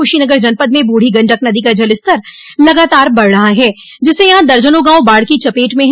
कुशीनगर जनपद में बूढ़ी गंडक नदी का जलस्तर लगातार बढ़ रहा है जिससे यहां दर्जनों गांव बाढ की चपेट में हैं